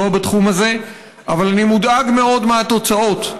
בתחום הזה אבל אני מודאג מאוד מהתוצאות.